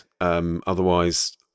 otherwise